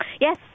Yes